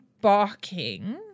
barking